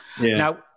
Now